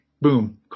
boom